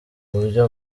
buryo